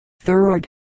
third